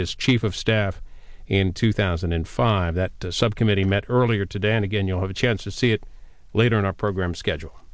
his chief of staff in two thousand and five that the subcommittee met earlier today and again you'll have a chance to see it later in our program schedule